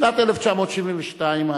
בשנת 1972,